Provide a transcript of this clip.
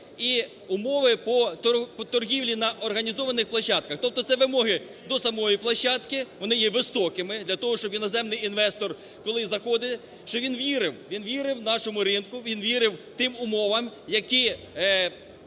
і умови по торгівлі на організованих площадках. Тобто це вимоги до самої площадки, вони є високими для того, щоб іноземний інвестор, коли заходить, він вірив – він вірив нашому ринку, він вірив тим умовам, які